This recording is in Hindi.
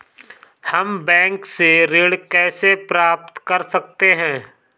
हम बैंक से ऋण कैसे प्राप्त कर सकते हैं?